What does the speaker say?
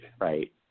Right